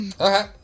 Okay